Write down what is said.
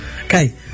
Okay